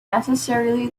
necessarily